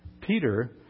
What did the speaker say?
Peter